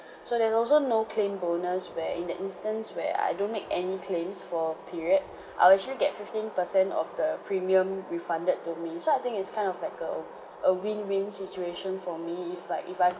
so there's also no claim bonus where in that instance where I don't make any claims for period I'll actually get fifteen per cent of the premium refunded to me so I think it's kind of like a a win win situation for me if like if I